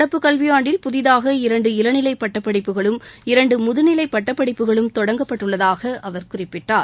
நடப்பு கல்வியாண்டில் புதிதூக இரண்டு இளநிலை பட்டப்படிப்புகளும் இரண்டு முதுநிலை பட்டப்படிப்புகளும் தொடங்கப்பட்டுள்ளதாக அவர் குறிப்பிட்டார்